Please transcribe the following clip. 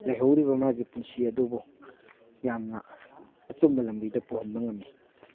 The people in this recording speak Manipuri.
ꯂꯩꯍꯧꯔꯤꯕ ꯃꯥꯒꯤ ꯄꯨꯟꯁꯤ ꯑꯗꯨꯕꯨ ꯌꯥꯝꯅ ꯑꯆꯨꯝꯕ ꯂꯝꯕꯤꯗ ꯄꯨꯍꯟꯕ ꯉꯝꯃꯤ